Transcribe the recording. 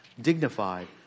dignified